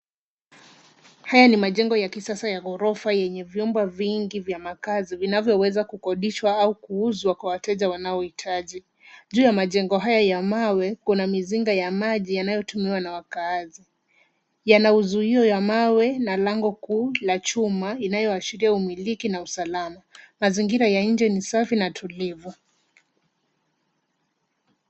Haya ni majengo ya kisasa ya ghorofa yenye vyumba vingi vya makazi vinavyoweza kukodishwa au kuuzwa kwa wateja wanaohitaji. Juu ya majengo haya ya mawe kuna mizinga ya maji inayotumiwa na wakazi. Yana uzuio ya mawe na lango kuu la chuma inayoashiria umiliki na usalama. Mazingira ya nje ni safi na tulivu.